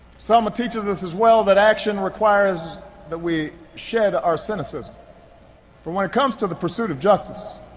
selma teaches us, as well, that action requires that we shed our cynicism. for when it comes to the pursuit of justice,